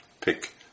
pick